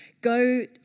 go